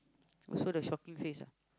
you saw the shocking face ah